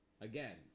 again